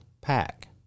pack